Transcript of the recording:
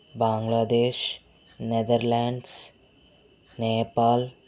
Bangladesh Netherlands Nepal